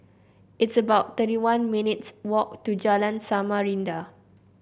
it's about thirty one minutes' walk to Jalan Samarinda